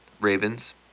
ravens